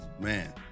man